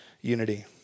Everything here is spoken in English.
unity